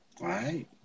right